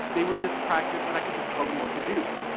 they would just practice, and i could just tell them what to do.